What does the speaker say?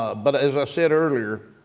but as i said earlier,